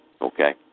okay